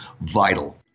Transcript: vital